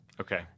Okay